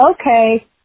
okay